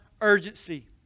urgency